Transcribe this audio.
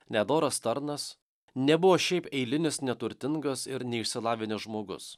nedoras tarnas nebuvo šiaip eilinis neturtingas ir neišsilavinęs žmogus